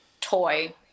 toy